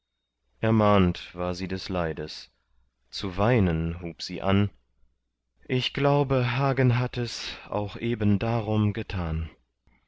ermahnt war sie des leides zu weinen hub sie an ich glaube hagen hatt es auch eben darum getan